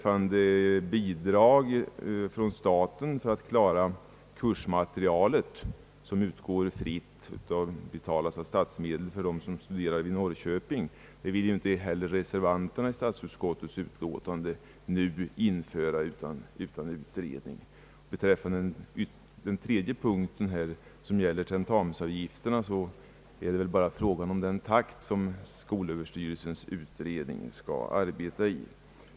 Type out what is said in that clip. Beträffande bidrag från staten för att klara kursmaterialet som är fritt och betalas av statsmedel för dem som studerar i Norrköping, det vill reservanterna i statsutskottets utlåtande inte införa utan utredning. Beträffande den tredje punkten som gäller tentamensavgifterna är det bara fråga om den takt som skolöverstyrelsens utredning skall arbeta i.